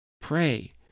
Pray